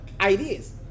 ideas